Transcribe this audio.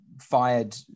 fired